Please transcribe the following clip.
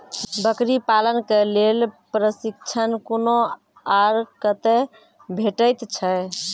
बकरी पालन के लेल प्रशिक्षण कूना आर कते भेटैत छै?